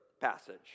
passage